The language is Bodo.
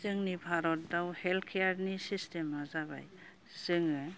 जोंनि भारतआव हेल्ट केयारनि सिसथिमआ जाबाय जोङो